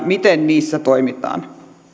miten niissä toimitaan